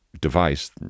device